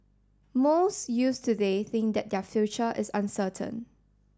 most youths today think that their future is uncertain